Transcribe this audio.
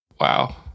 wow